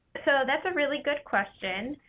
so, that's a really good question,